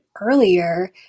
earlier